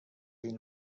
این